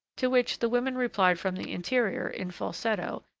to which the women replied from the interior, in falsetto,